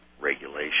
regulation